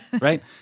right